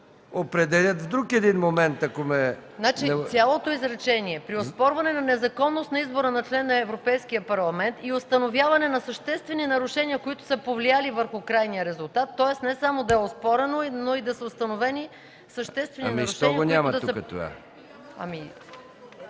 определят в друг един момент. МАЯ МАНОЛОВА: Цялото изречение е: „При оспорване на незаконност на избора на член на Европейския парламент и установяване на съществени нарушения, които са повлияли върху крайния резултат...”, тоест не само да е оспорено, но и да са установени съществени нарушения, които да са... ПРЕДСЕДАТЕЛ МИХАИЛ